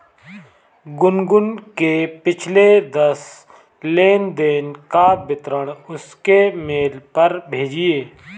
गुनगुन के पिछले दस लेनदेन का विवरण उसके मेल पर भेजिये